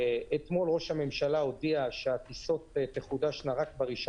אתמול ראש הממשלה הודיע שהטיסות תחודשנה רק ב-1